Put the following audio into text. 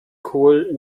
kohl